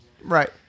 Right